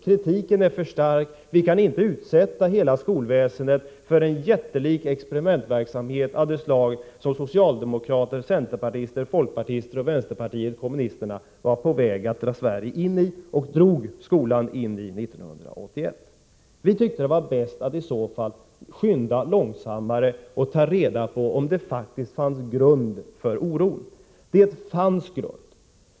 Kritiken är för stark — vi kan inte utsätta hela skolväsendet för en jättelik experimentverksamhet av det slag som socialdemokrater, centerpartister, folkpartister och vänsterpartiet kommunisterna år 1981 drog in den svenska skolan i. Vi tyckte att det var bäst att i så fall skynda långsammare och ta reda på om det faktiskt fanns grund för oron. Och det fanns grund för den.